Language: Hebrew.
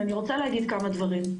אני רוצה להגיד כמה דברים.